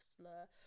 slur